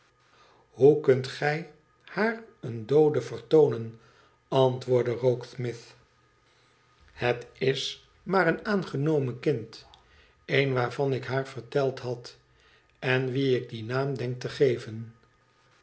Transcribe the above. hoe kunt gij haar den doode vertoonen antwoordde rokesmith het is maar een aangenomen kind n waarvan ik haar verteld had en wien ik dien naam denk te geven